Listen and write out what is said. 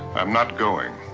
i'm not going.